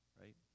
right